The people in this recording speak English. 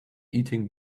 eating